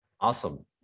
Awesome